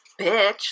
bitch